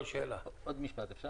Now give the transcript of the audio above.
עוד משפט אפשר?